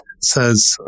says